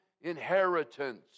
inheritance